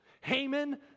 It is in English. Haman